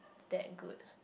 that good